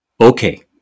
Okay